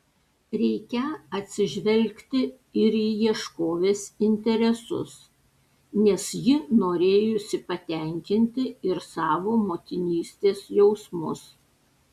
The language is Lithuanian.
reikią atsižvelgti ir į ieškovės interesus nes ji norėjusi patenkinti ir savo motinystės jausmus